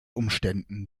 umständen